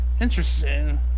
Interesting